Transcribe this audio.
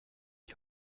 die